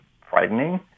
frightening